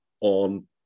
on